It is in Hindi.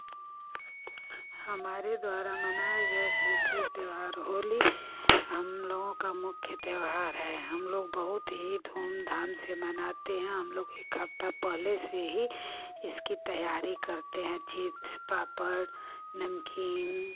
हमारे द्वारा मनाए गए संस्कृत त्योहार होली हम लोगों का मुख्य त्योहार है हम लोग बहुत ही धूम धाम से मनाते हैं हम लोग एक हफ़्ता पहले से ही इसकी तैयारी करते हैं चिप्स पापड़ नमकीन